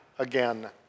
again